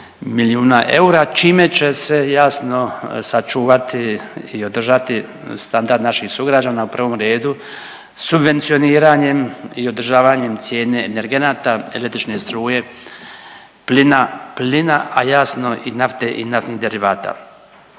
milijuna eura čime će se jasno sačuvati i održati standard naših sugrađana u prvom redu subvencioniranjem i održavanjem cijene energenata, električne struje, plina, plina, a jasno i nafte i naftnih derivata.